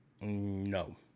No